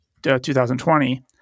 2020